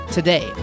today